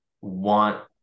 want